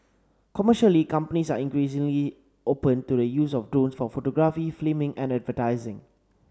commercially companies are increasingly open to the use of drones for photography filming and advertising